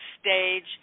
stage